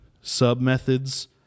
sub-methods